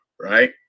right